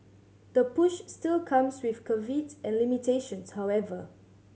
the push still comes with caveats and limitations however